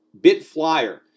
BitFlyer